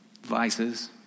vices